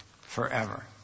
forever